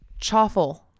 chaffle